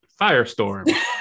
Firestorm